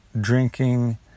drinking